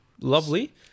lovely